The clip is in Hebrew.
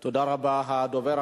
תודה רבה.